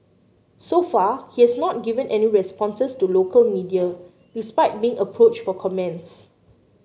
so far he has not given any responses to local media despite being approached for comments